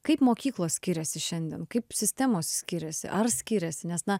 kaip mokyklos skiriasi šiandien kaip sistemos skiriasi ar skiriasi nes na